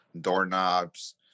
doorknobs